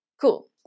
cool